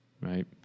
right